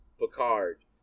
Picard